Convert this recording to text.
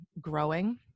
growing